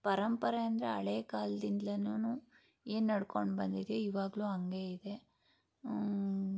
ಪರಂಪರೆ ಅಂದರೆ ಹಳೇ ಕಾಲ್ದಿಂದ್ಲೂನು ಏನು ನಡ್ಕೊಂಡು ಬಂದಿದೆ ಇವಾಗಲೂ ಹಂಗೆ ಇದೆ